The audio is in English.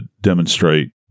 demonstrate